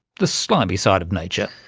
the slimy side of nature.